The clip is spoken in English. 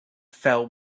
fell